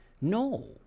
No